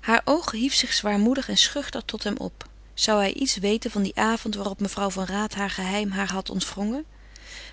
haar oog hief zich zwaarmoedig en schuchter tot hem op zou hij iets weten van dien avond waarop mevrouw van raat haar geheim haar had ontwrongen